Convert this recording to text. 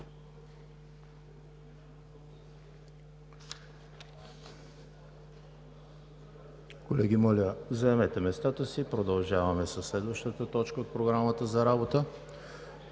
Колеги, моля, заемете местата си. Продължаваме със следващата точка от програмата: